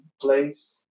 place